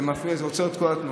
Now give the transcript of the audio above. זה עוצר את כל התנועה,